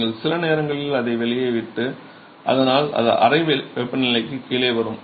நீங்கள் சில நேரங்களில் அதை வெளியே விட்டு அதனால் அது அறை வெப்பநிலைக்கு கீழே வரும்